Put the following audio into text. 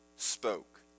spoke